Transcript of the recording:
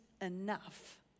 enough